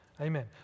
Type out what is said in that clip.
amen